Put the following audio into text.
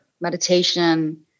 Meditation